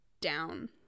down